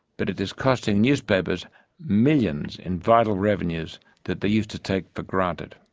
but it is costing newspapers millions in vital revenues that they used to take for granted.